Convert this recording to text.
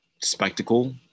spectacle